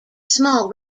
small